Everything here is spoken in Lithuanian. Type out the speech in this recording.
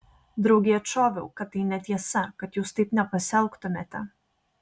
draugei atšoviau kad tai netiesa kad jūs taip nepasielgtumėte